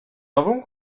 nową